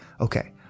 okay